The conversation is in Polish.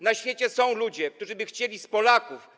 Na świecie są ludzie, którzy chcieliby z Polaków.